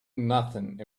nothing